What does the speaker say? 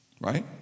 Right